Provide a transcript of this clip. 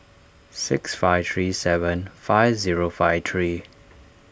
six five three seven five zero five three